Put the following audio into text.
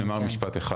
אני אומר משפט אחד.